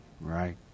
Right